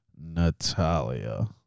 Natalia